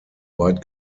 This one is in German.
weit